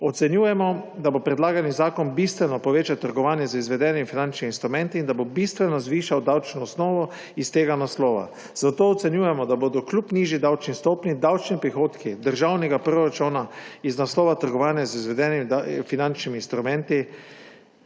Ocenjujemo, da bo predlagani zakon bistveno povečal trgovanje z izvedenimi finančnimi instrumenti in da bo bistveno zvišal davčno osnovo iz tega naslova. Zato ocenjujemo, da bodo kljub nižji davčni stopnji davčni prihodki državnega proračuna iz naslova trgovanja z izvedenimi finančnimi instrumenti